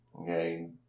okay